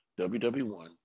WW1